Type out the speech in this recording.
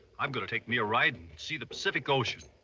um going to take me a ride and see the pacific ocean.